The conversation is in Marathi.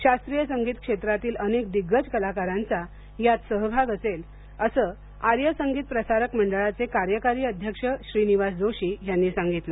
शास्त्रीय संगीत क्षेत्रातील अनेक दिग्गज कलाकारांचा यात सहभाग असेल असं आर्य संगीत प्रसारक मंडळाचे कार्यकारी अध्यक्ष श्रीनिवास जोशी यांनी सांगितलं